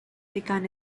began